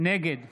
נגד